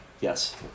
Yes